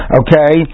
okay